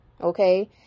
okay